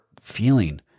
feeling